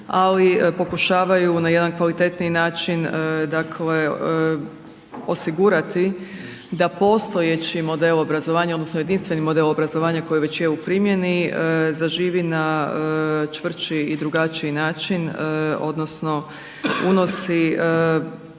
ali pokušavaju na jedan kvalitetniji način dakle osigurati da postojeći model obrazovanja odnosno jedinstveni model obrazovanja koji već je u primjeni, zaživi na čvršći i drugačiji način odnosno unosi